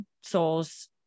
souls